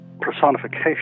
personification